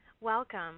Welcome